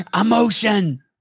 Emotion